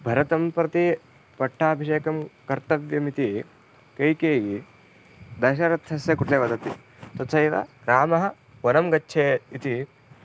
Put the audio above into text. भरतं प्रति पट्टाभिषेकं कर्तव्यमिति कैकेयी दशरथस्य कृते वदति तथैव रामः वनं गच्छेत् इति